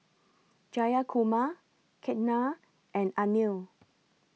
Jayakumar Ketna and Anil